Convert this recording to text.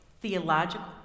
theological